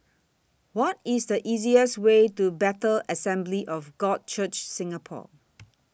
What IS The easiest Way to Bethel Assembly of God Church Singapore